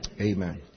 Amen